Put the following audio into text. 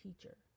teacher